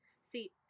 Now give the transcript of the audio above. see